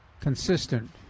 consistent